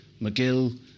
McGill